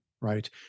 right